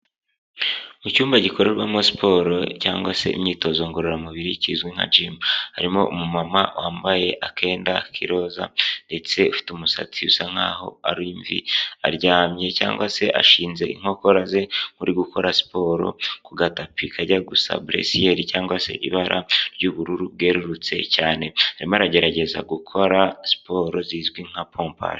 Mu cyumba gikorerwamo siporo cyangwa se imyitozo ngororamubiri kizwi nka jimu, harimo umumama wambaye akenda k'iroza ndetse ufite umusatsi bisa nk'aho ari imvi, aryamye cyangwa se ashinze inkokora ze, uri gukora siporo ku gatapi kajya gusa buresiyeli, cyangwa se ibara ry'ubururu bwerurutse cyane, arimo aragerageza gukora siporo zizwi nka pompaje.